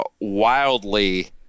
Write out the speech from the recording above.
wildly